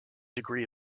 degree